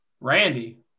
Randy